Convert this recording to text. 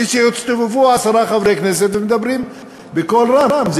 כשהצטופפו עשרה חברי כנסת ומדברים בקול רם.